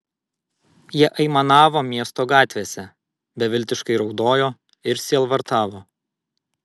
jie aimanavo miesto gatvėse beviltiškai raudojo ir sielvartavo